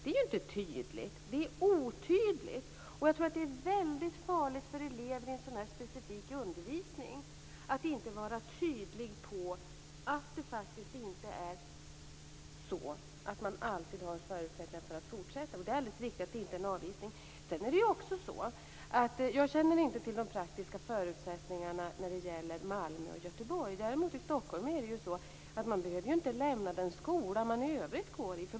Detta är inte tydligt. Det är tvärtom otydligt! Jag tror att det för elever i en sådan här specifik undervisning är väldigt farligt om man inte är tydlig med att det faktiskt inte alltid är så att eleven har förutsättningar att fortsätta. Det är alldeles riktigt att det inte är fråga om avvisning. Jag känner inte till de praktiska förutsättningarna i Malmö och Göteborg. I Stockholm däremot behöver man inte lämna den skola som man i övrigt går i.